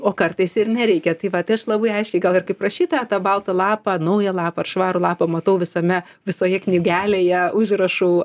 o kartais ir nereikia tai vat aš labai aiškiai gal ir kaip rašytoja tą baltą lapą naują lapą švarų lapą matau visame visoje knygelėje užrašų